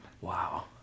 Wow